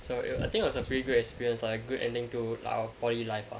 so err I think it was a pretty good experience lah a good ending to our poly life lah